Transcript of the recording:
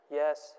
yes